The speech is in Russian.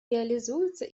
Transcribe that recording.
реализуется